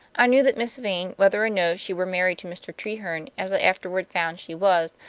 i knew that miss vane, whether or no she were married to mr. treherne, as i afterward found she was,